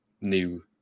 new